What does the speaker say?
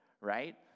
right